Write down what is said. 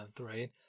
right